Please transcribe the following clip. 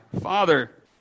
father